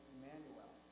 Emmanuel